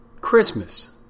Christmas